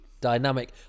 dynamic